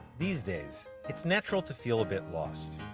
these days it's natural to feel a bit lost.